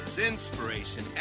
inspiration